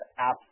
apps